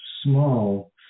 small